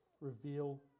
reveal